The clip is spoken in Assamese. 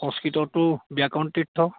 সংস্কৃতটো